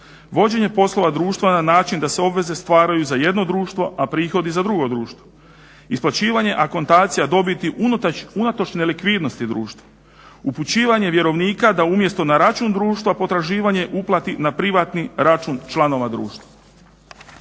vođenje poslova društva na način da se obveze stvaraju za jedno društvo, a prihodi za drugo društvo, isplaćivanje akontacija dobiti unatoč nelikvidnosti društva, upućivanje vjerovnika da umjesto na račun društva potraživanje uplati na privatni račun članova društva.